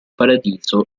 paradiso